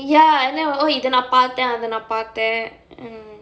ya and then இத நான் பாத்தே அத நான் பாத்தேன்:itha naan paathae atha naan paathaen mm